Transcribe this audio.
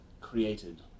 created